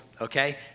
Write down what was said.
okay